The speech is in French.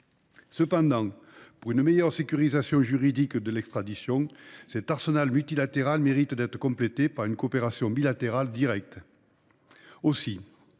Cependant, pour une meilleure sécurisation juridique de l’extradition, cet arsenal multilatéral mérite d’être complété par une coopération bilatérale directe. Aussi